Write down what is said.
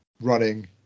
running